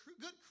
good